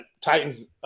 Titans